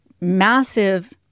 massive